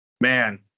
Man